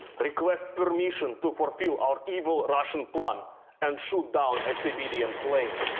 request permission to fulfill our evil russian plan and shoot down a civilian plane!